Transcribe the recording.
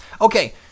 Okay